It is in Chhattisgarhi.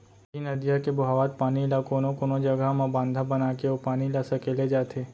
इहीं नदिया के बोहावत पानी ल कोनो कोनो जघा म बांधा बनाके ओ पानी ल सकेले जाथे